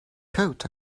coat